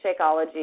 Shakeology